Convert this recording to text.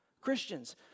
Christians